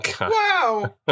wow